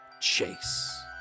Chase